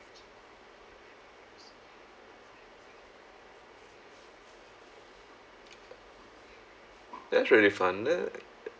that's really fun that